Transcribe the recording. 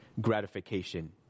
gratification